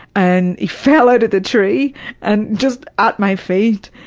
and he fell out of the tree and, just at my feet,